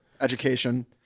education